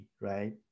right